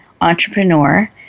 entrepreneur